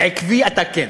עקבי אתה כן.